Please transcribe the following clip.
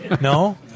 No